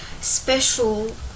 special